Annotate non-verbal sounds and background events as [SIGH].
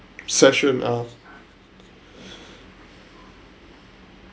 session [BREATH]